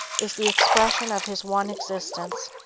is the expression of his one existence.